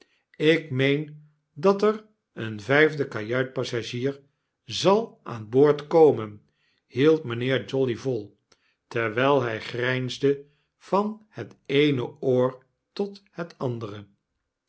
ik meen dat er een vyfde kajuitspassagier zal aan boord komen hield mynheer jolly vol terwyl hij grynsde van het eene oor tot het andere